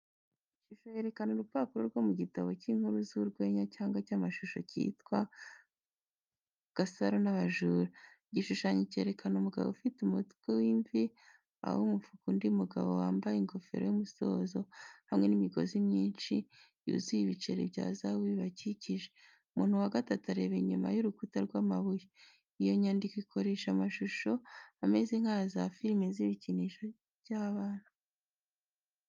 Ishusho yerekana urupapuro rwo mu gitabo cy'inkuru z'urwenya cyangwa cy'amashusho cyitwa "GASARO N'ABAJURA". Igishushanyo cyerekana umugabo ufite umutwe w'imvi aha umufuka undi mugabo wambaye ingofero y'umusozo, hamwe n'imigozi myinshi yuzuye ibiceri bya zahabu bibakikije. Umuntu wa gatatu areba inyuma y'urukuta rw'amabuye. Iyo myandiko ikoresha amashusho ameze nk'aya za firimi z'ibikinisho z'abana.